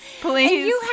please